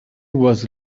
was